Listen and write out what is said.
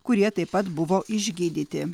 kurie taip pat buvo išgydyti